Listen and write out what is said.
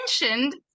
mentioned